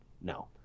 No